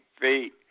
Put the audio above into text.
feet